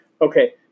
Okay